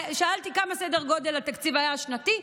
שאלתי מה היה סדר גודל התקציב השנתי.